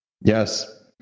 Yes